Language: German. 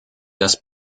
dass